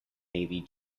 navy